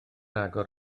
agor